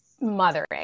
mothering